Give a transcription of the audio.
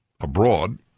abroad—